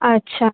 আচ্ছা